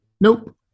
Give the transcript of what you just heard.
nope